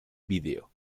vídeo